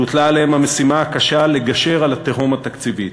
שהוטלה עליהם המשימה הקשה לגשר על התהום התקציבית.